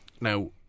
now